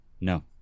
No